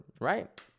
right